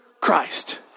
Christ